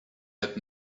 had